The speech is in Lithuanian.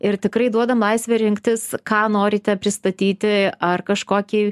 ir tikrai duodam laisvę rinktis ką norite pristatyti ar kažkokį